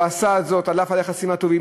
והוא עשה את זאת על אף היחסים הטובים,